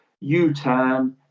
U-turn